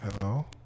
Hello